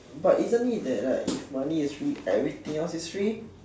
but isn't it that like if money is free everything else is free